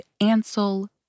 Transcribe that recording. Ansel